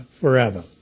forever